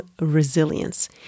resilience